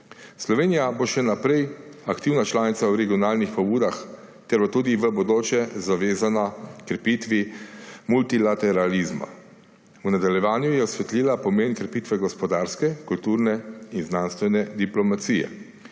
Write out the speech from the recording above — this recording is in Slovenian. Slovenija bo še naprej aktivna članica v regionalnih pobudah ter bo tudi v bodoče zavezana krepitvi multilateralizma. V nadaljevanju je osvetlila pomen krepitve gospodarske, kulturne in znanstvene diplomacije.